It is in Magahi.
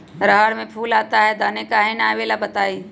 रहर मे फूल आता हैं दने काहे न आबेले बताई?